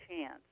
chance